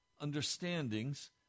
understandings